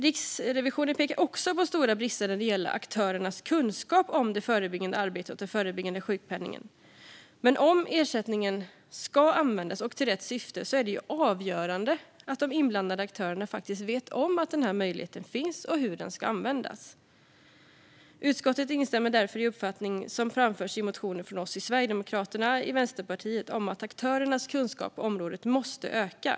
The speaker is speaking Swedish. Riksrevisionen pekar också på stora brister när det gäller aktörernas kunskap om det förebyggande arbetet och den förebyggande sjukpenningen. Men om ersättningen ska användas och i rätt syfte är det avgörande att de inblandade aktörerna faktiskt vet om att denna möjlighet finns och hur den kan användas. Utskottet instämmer i den uppfattning som framförs i motioner från oss i Sverigedemokraterna och Vänsterpartiet om att aktörernas kunskap på området måste öka.